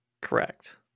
Correct